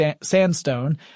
sandstone